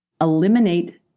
Eliminate